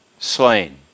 slain